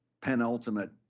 penultimate